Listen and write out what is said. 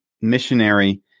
missionary